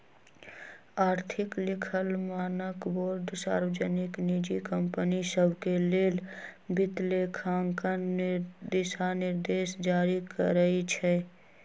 आर्थिक लिखल मानकबोर्ड सार्वजनिक, निजी कंपनि सभके लेल वित्तलेखांकन दिशानिर्देश जारी करइ छै